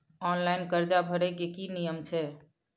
Online कर्जा भरै के की नियम छै?